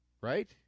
Right